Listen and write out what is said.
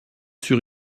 sur